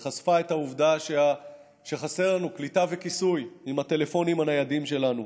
היא חשפה את העובדה שחסרים לנו קליטה וכיסוי עם הטלפונים הניידים שלנו,